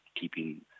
keeping